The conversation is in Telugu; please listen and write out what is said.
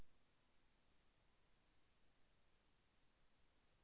డెబిట్ కార్డ్ ఉంటే దాని వలన లాభం ఏమిటీ?